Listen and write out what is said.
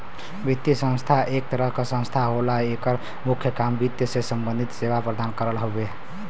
वित्तीय संस्था एक तरह क संस्था होला एकर मुख्य काम वित्त से सम्बंधित सेवा प्रदान करना हउवे